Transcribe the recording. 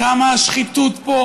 כמה השחיתות פה